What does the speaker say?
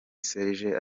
serge